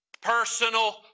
personal